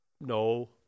No